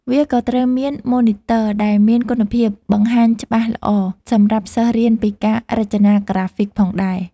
វាក៏ត្រូវមានម៉ូនីទ័រដែលមានគុណភាពបង្ហាញច្បាស់ល្អសម្រាប់សិស្សរៀនពីការរចនាក្រាហ្វិកផងដែរ។